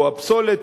או הפסולת,